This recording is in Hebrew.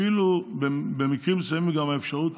אפילו במקרים מסוימים גם האפשרות,